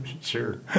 Sure